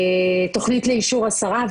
תכנית לאישור השרה.